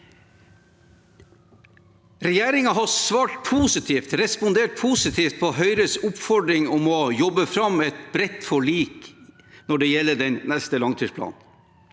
Regjeringen har respondert positivt på Høyres oppfordring om å jobbe fram et bredt forlik når det gjelder den neste langtidsplanen